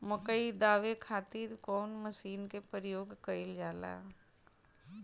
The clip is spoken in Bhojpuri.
मकई दावे खातीर कउन मसीन के प्रयोग कईल जाला?